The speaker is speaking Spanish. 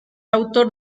autor